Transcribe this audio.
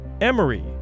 Emory